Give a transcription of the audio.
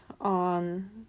on